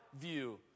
view